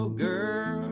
girl